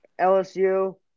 LSU